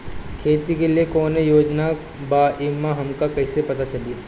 खेती के लिए कौने योजना बा ई हमके कईसे पता चली?